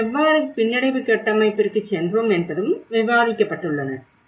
நாம் எவ்வாறு பின்னடைவு கட்டமைப்பிற்கு சென்றோம் என்பதும் விவாதிக்கப்பட்டுள்ளன